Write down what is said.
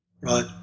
right